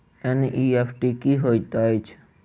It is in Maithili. एन.ई.एफ.टी की होइत अछि?